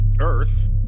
Earth